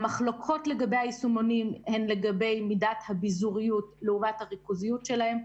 המחלוקות לגבי היישומונים הן לגבי מידת הביזוריות לעומת הריכוזיות שלהם.